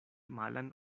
malan